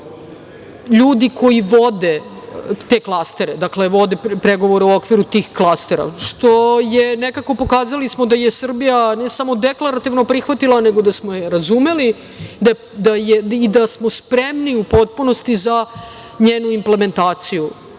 ljudi koji vode te klastere, dakle, vode pregovore u okviru tih klastera. Pokazali smo da je Srbija ne samo deklarativno prihvatila, nego da smo je razumeli i da smo spremni u potpunosti za njenu implementaciju. Pored